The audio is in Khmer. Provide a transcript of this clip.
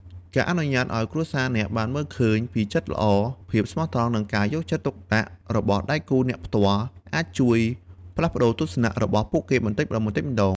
ការអនុញ្ញាតឲ្យគ្រួសារអ្នកបានឃើញពីចិត្តល្អ ភាពស្មោះត្រង់ និងការយកចិត្តទុកដាក់របស់ដៃគូអ្នកផ្ទាល់ អាចជួយផ្លាស់ប្តូរទស្សនៈរបស់ពួកគេបន្តិចម្តងៗ។